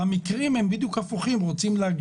המקרים הם הפוכים, שאנשים רוצים להגיע לכאן.